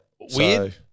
Weird